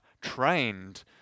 trained